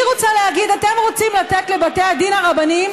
אני רוצה להגיד: אתם רוצים לתת לבתי הדין הרבניים